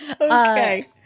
okay